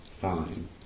fine